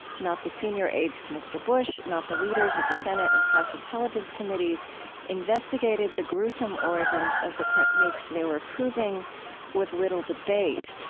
not the senior aides to mr. bush, not the leaders at the senate and house intelligence committees investigated the gruesome origins of the techniques they were approving with little debate.